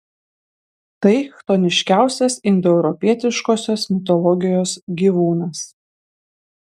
tai chtoniškiausias indoeuropietiškosios mitologijos gyvūnas